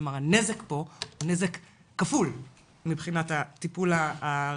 כלומר, הנזק פה הוא נזק כפול מבחינת הטיפול הרגשי.